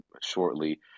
shortly